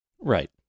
Right